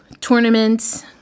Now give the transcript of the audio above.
Tournaments